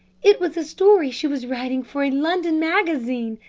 it was a story she was writing for a london magazine,